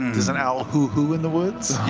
does an owl hoo hoo in the woods?